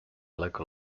local